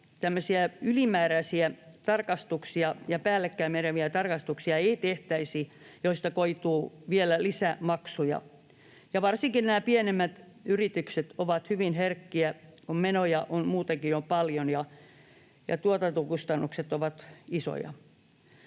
ylimääräisiä tarkastuksia ja päällekkäin meneviä tarkastuksia, joista koituu vielä lisämaksuja. Varsinkin pienemmät yritykset ovat hyvin herkkiä, kun menoja muutenkin on paljon ja tuotantokustannukset ovat isoja.